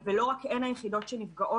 לא רק הן היחידות שנפגעות,